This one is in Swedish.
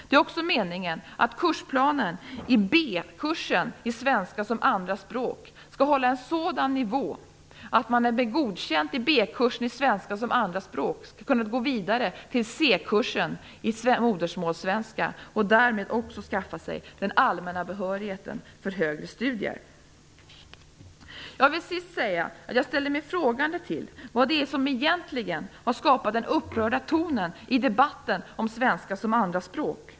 Det är också meningen att kursplanen i B-kursen i svenska som andra språk skall hålla en sådan nivå att man med godkänt i B-kursen i svenska som andra språk skall kunna gå vidare till C kursen i modersmålssvenska och därmed också skaffa sig den allmänna behörigheten för högre studier. Jag vill till sist säga att jag ställer mig frågande till vad det är som egentligen har skapat den upprörda tonen i debatten om svenska som andra språk.